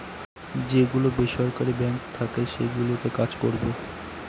যে গুলো বেসরকারি বাঙ্ক থাকে সেগুলোতে কাজ করবো